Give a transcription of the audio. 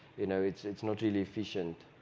you know, it's it's not really efficient.